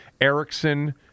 Erickson